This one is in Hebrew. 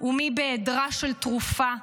ומי בהיעדרה של תרופה,